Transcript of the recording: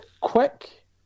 quick